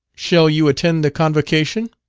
shall you attend the convocation?